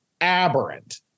aberrant